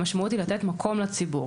המשמעות היא לתת מקום לציבור,